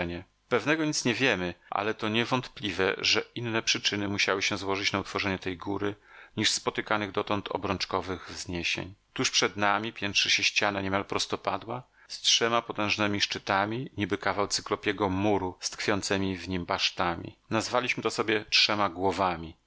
nasze przypuszczenie pewnego nic nie wiemy ale to niewątpliwe że inne przyczyny musiały się złożyć na utworzenie tej góry niż spotykanych dotąd obrączkowych wzniesień tuż przed nami piętrzy się ściana niemal prostopadła z trzema potężnemi szczytami niby kawał cyklopiego muru z tkwiącemi w nim basztami nazwaliśmy to sobie trzema głowami